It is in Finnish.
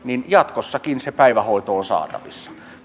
jatkossakin se päivähoito on saatavissa